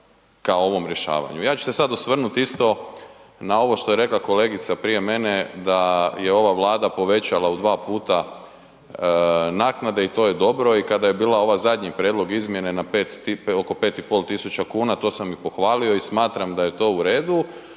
ka ovom rješavanju. Ja ću se sada osvrnut isto na ovo što je rekla kolegica prije mene da je ova Vlada povećala u 2 puta naknade i to je dobro i kada je bila ova zadnji prijedlog izmjene na oko 5,5 tisuća kuna to sam i pohvalio i smatram da je to u redu,